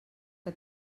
que